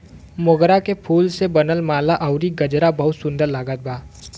मोगरा के फूल से बनल माला अउरी गजरा बहुते सुन्दर लागत बा